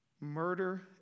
Murder